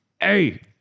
Hey